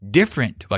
Different